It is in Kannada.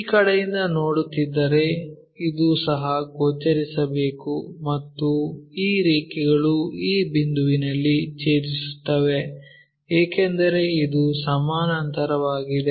ಈ ಕಡೆಯಿಂದ ನೋಡುತ್ತಿದ್ದರೆ ಇದು ಸಹ ಗೋಚರಿಸಬೇಕು ಮತ್ತು ಈ ರೇಖೆಗಳು ಈ ಬಿಂದುವಿನಲ್ಲಿ ಛೇದಿಸುತ್ತವೆ ಏಕೆಂದರೆ ಇದು ಸಮಾನಾಂತರವಾಗಿದೆ